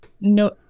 no